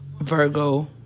Virgo